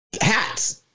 hats